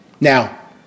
Now